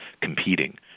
competing